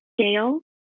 scale